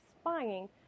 spying